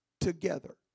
together